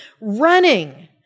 running